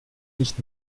nicht